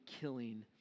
killing